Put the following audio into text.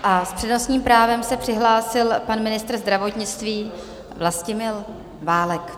S přednostním právem se přihlásil pan ministr zdravotnictví Vlastimil Válek.